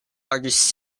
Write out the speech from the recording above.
largest